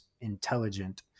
intelligent